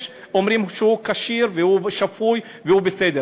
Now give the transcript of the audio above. אומרים שהוא כשיר והוא שפוי והוא בסדר,